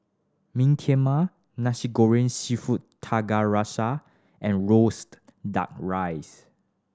meen mak Nasi Goreng Seafood Tiga Rasa and roaste Duck Rice